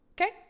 okay